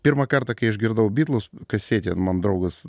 pirmą kartą kai išgirdau bitlus kasetę man draugas